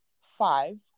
five